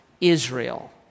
Israel